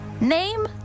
Name